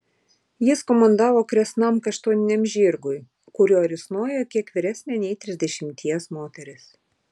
jis komandavo kresnam kaštoniniam žirgui kuriuo risnojo kiek vyresnė nei trisdešimties moteris